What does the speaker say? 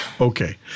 Okay